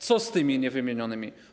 Co z tymi niewymienionymi?